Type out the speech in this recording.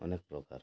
ଅନେକ ପ୍ରକାର